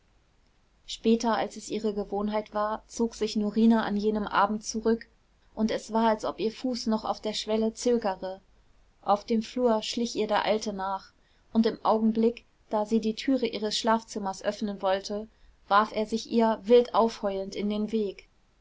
später als es ihre gewohnheit war zog sich norina an jenem abend zurück und es war als ob ihr fuß noch auf der schwelle zögere auf dem flur schlich ihr der alte nach und im augenblick da sie die türe ihres schlafzimmers öffnen wollte warf er sich ihr wild aufheulend in den weg